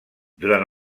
durant